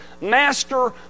master